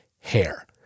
hair